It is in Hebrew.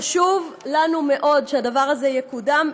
חשוב לנו מאוד שהדבר הזה יקודם,